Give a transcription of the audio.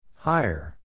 Higher